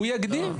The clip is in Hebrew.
הוא יגדיר.